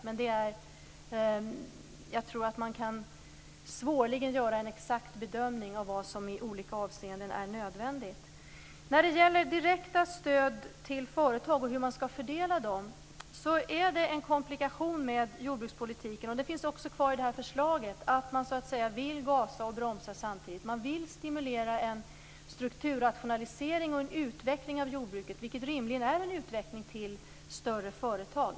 Men jag tror att man svårligen kan göra en exakt bedömning av vad som i olika avseenden är nödvändigt. När det gäller direkta stöd till företag och hur man skall fördela dem är det en komplikation med jordbrukspolitiken. Det finns också kvar i det här förslaget. Man vill gasa och bromsa samtidigt. Man vill stimulera en strukturrationalisering och en utveckling av jordbruket, vilket rimligen är en utveckling till större företag.